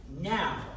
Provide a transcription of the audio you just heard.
Now